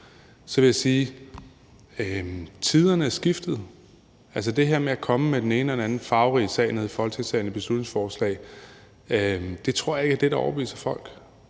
– vil jeg sige, at tiderne er skiftet. Altså, det her med at komme med den ene eller anden farverige sag som beslutningsforslag nede i Folketingssalen tror jeg ikke er det, der overbeviser folk.